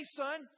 son